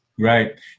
Right